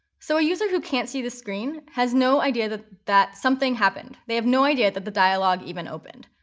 so a user who can't see the screen has no idea that that something happened. they have no idea that the dialog even opened.